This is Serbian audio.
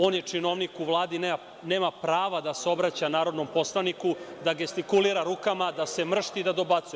On je činovnik u Vladi i nema prava da se obraća narodnom poslaniku, da gestikulira rukama, da se mršti, da dobacuje.